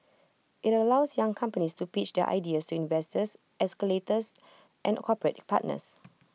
IT allows young companies to pitch their ideas so investors accelerators and corporate partners